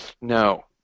no